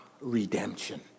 redemption